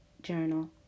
Journal